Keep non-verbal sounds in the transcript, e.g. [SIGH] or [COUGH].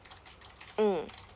[NOISE] mm